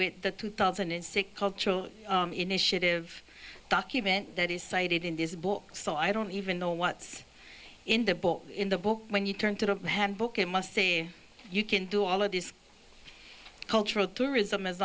with the two thousand and six cultural initiative document that is cited in this book so i don't even know what's in the book in the book when you turn to the handbook it must say you can do all of this cultural tourism as